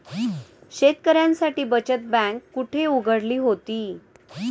शेतकऱ्यांसाठी बचत बँक कुठे उघडली होती?